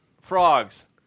frogs